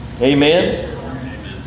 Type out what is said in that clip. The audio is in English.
amen